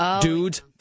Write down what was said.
Dudes